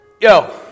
yo